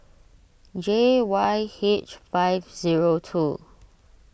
J Y H five zero two